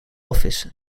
office